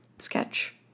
Sketch